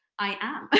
i am.